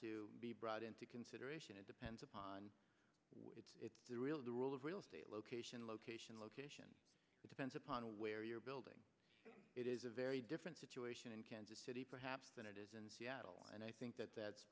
to be brought into consideration it depends upon the rule of real estate location location location it depends upon where you're building it is a very different situation in kansas city perhaps than it is in seattle and i think that that's